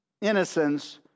innocence